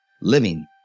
living